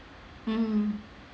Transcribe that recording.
mmhmm